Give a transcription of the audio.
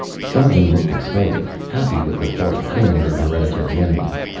some of them looked excited, happy with the thought of killing their hereditary enemies.